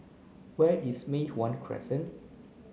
where is Mei Hwan Crescent